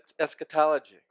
eschatology